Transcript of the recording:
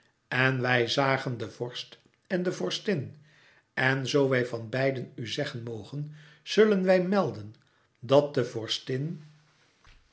en wij zagen den vorst en de vorstin en zoo wij van beiden u zeggen mogen zullen wij melden dat de